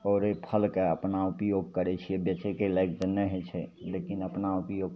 आओर ओहि फलके अपना उपयोग करै छिए बेचैके लायक तऽ नहि होइ छै लेकिन अपना उपयोग